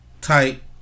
type